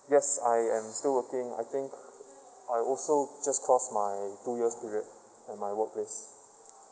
yes I am still working I think I also just cost my two year period at my workplace